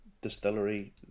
distillery